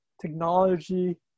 Technology